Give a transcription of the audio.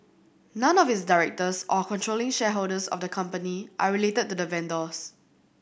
none of its directors or controlling shareholders of the company are related to the vendors